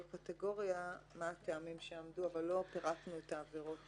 קטגוריה מה הטעמים שעמדו אבל לא פירטנו את העבירות